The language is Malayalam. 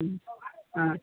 ആ